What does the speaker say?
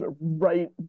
right